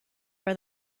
for